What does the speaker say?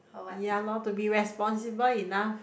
ya lor to be responsible enough